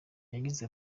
yagize